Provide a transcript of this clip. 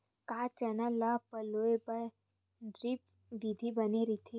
का चना ल पलोय बर ड्रिप विधी बने रही?